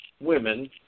women